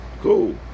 Cool